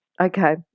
Okay